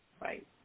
Right